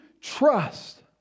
trust